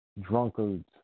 drunkards